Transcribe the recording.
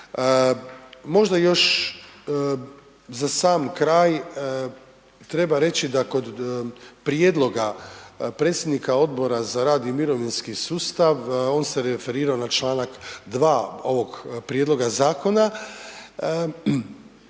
Možda još za sam kraj treba reći da kod prijedloga predsjednika Odbora za rad i mirovinski sustav, on se referirao na čl. 2. ovog prijedloga zakona,